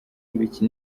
ibiki